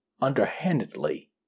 underhandedly